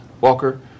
Walker